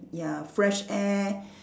ya fresh air